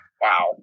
Wow